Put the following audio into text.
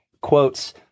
quotes